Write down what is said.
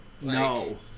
No